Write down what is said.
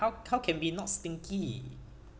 how how can be not stinky